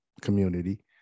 community